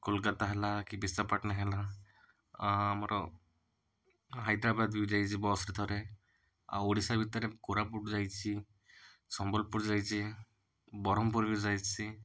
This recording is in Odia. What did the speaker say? କୋଲକାତା ହେଲା କି ବିଶାଖାପାଟଣା ହେଲା ଆ ଆମର ହାଇଦ୍ରାବାଦ୍ ବି ଯାଇଛି ବସ୍ରେ ଥରେ ଆଉ ଓଡ଼ିଶା ଭିତରେ କୋରାପୁଟ ଯାଇଛି ସମ୍ବଲପୁର ଯାଇଛି ବ୍ରହ୍ମପୁର ବି ଯାଇଛି